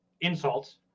insults